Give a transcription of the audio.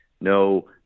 No